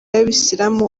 abayisilamu